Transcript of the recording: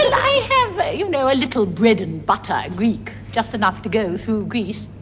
i have a you know little bread-and-butter greek, just enough to go through greece.